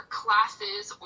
classes